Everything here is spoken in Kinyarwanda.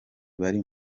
bari